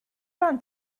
ran